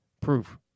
proof